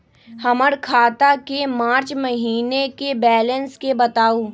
हमर खाता के मार्च महीने के बैलेंस के बताऊ?